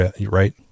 right